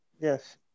Yes